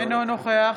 אינו נוכח